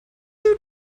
you